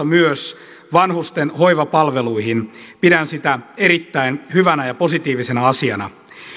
myös vanhusten hoivapalveluihin pidän sitä erittäin hyvänä ja positiivisena asiana